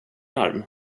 arm